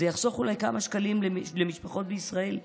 זה יחסוך אולי כמה שקלים למשפחות בישראל,